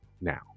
now